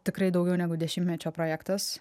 tikrai daugiau negu dešimtmečio projektas